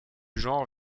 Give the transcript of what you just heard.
genre